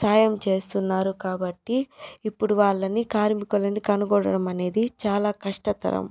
సాయం చేస్తున్నారు కాబట్టి ఇప్పుడు వాళ్ళని కార్మికులను కనుగొనడం అనేది చాలా కష్టతరం